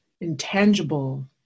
intangible